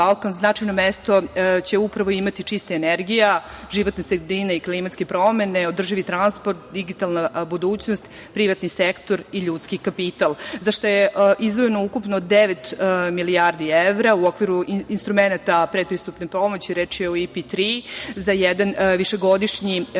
značajno mesto će upravo imati čista energija, životne sredine i klimatske promene, održivi transport, digitalna budućnost, privatni sektor i ljudski kapital, za šta je izdvojeno ukupno 9 milijardi evra u okviru instrumenata pretpristupne pomoći. Reč je o IPA3 za jedan višegodišnji period